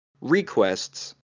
requests